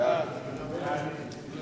בין מדינת ישראל לבין הארגון לשיתוף